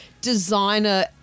designer